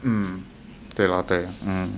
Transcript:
mm 对 lor 对 lor